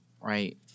right